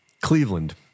Cleveland